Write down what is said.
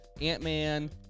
Ant-Man